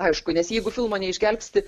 aišku nes jeigu filmą neišgelbsti